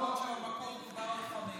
שבמקור דיברנו על חמש.